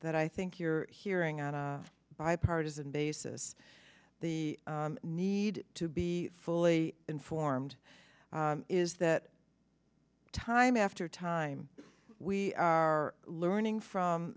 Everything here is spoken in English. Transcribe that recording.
that i think you're hearing on a bipartisan basis the need to be fully informed is that time after time we are learning from